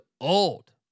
old